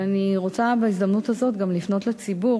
ואני רוצה בהזדמנות הזאת גם לפנות לציבור